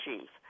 chief